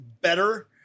better